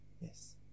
Yes